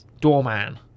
doorman